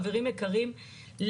חברים יקרים,